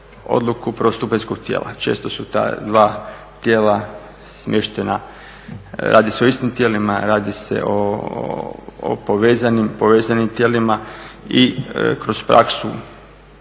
odluku prvostupanjskog tijela. Često su ta dva tijela smještena, radi se o istim tijelima, radi se o povezanim tijelima i kroz praksu